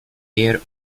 air